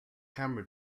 camera